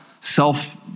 self